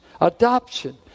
adoption